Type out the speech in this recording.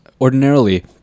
ordinarily